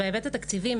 בהיבט התקציבי,